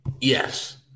Yes